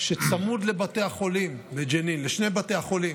שצמוד לבתי החולים בג'נין, לשני בתי החולים,